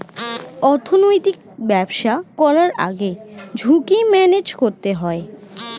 অর্থনৈতিক ব্যবসা করার আগে ঝুঁকি ম্যানেজ করতে হয়